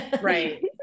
Right